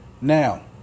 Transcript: Now